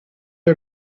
are